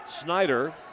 Snyder